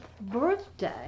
birthday